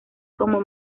como